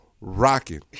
rocking